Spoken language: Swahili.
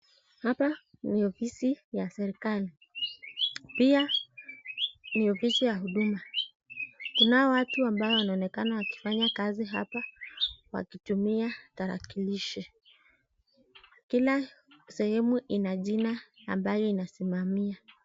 Hapa ni ofisi ya serikali, pia ni ofisi ya huduma, kunao watu ambao wanaonekana wakifanya kazi hapa wakitumia tarakilishi kila sehemu ina jina ambayo inasimamia.